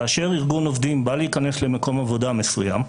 כאשר ארגון עובדים בא להיכנס למקום עבודה מסוים,